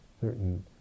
certain